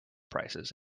prices